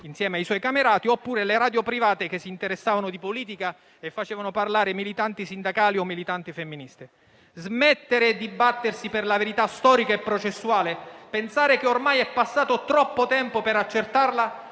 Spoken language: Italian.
insieme ai suoi camerati, oppure le radio private che si interessavano di politica e facevano parlare militanti sindacali o militanti femministe. Smettere di battersi per la verità storica e processuale e pensare che ormai è passato troppo tempo per accettarla